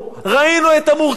ראינו את המורכבות,